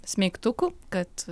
smeigtukų kad